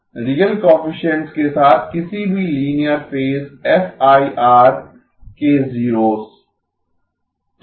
real coefficients के साथ किसी भी लीनियर फेज एफआईआर के जीरोस